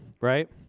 right